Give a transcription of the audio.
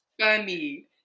funny